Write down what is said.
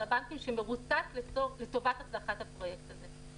הבנקים שמרותק לטובת הצלחת הפרויקט הזה.